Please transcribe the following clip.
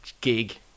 gig